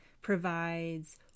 provides